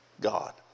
God